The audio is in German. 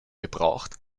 gebraucht